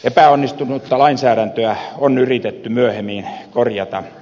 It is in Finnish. epäonnistunutta lainsäädäntöä on yritetty myöhemmin korjata